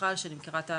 ומיכל שאני מכירה,